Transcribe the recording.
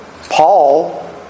Paul